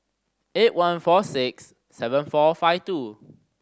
eight one four six seven four five two